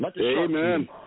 Amen